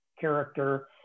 character